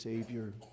Savior